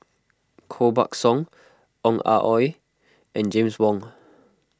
Koh Buck Song Ong Ah Hoi and James Wong